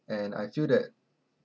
and I feel that